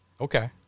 Okay